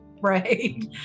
right